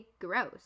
gross